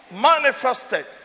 manifested